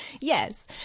Yes